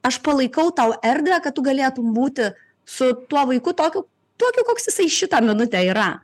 aš palaikau tau erdvę kad tu galėtum būti su tuo vaiku tokiu tokiu koks jisai šitą minutę yra